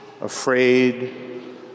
afraid